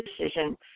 decision